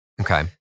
Okay